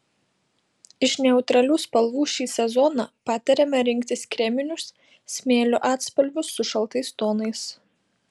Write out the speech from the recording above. iš neutralių spalvų šį sezoną patariama rinktis kreminius smėlio atspalvius su šaltais tonais